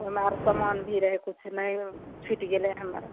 ओहिमे आर किछु समान भी रहए किछु नहि छुटि गेलै हमर